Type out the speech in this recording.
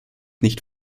nicht